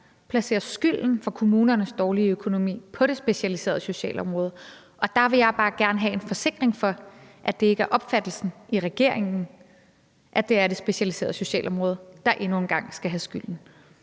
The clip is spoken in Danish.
placerer skylden for kommunernes dårlige økonomi på det specialiserede socialområde. Der vil jeg bare gerne have en forsikring om, at det ikke er opfattelsen i regeringen, at det er det specialiserede socialområde, der endnu en gang skal have skylden.